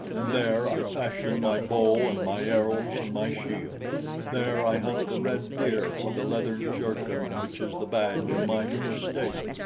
and there i fashion my bow and my arrows and my shield there i hunt the red deer for the leathern jerkin which is the badge of my new estate.